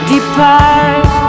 Depart